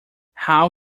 how